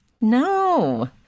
No